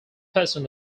percent